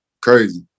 crazy